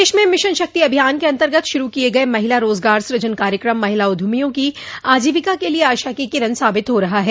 प्रदेश में मिशन शक्ति अभियान के अन्तर्गत शुरू किये गये महिला रोजगार सूजन कार्यक्रम महिला उद्यमियों की आजीविका के लिये आशा की किरण साबित हो रहा है